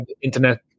internet